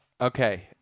Okay